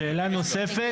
שאלה נוספת,